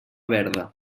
verda